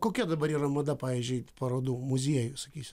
kokia dabar yra mada pavyzdžiui parodų muziejų sakysi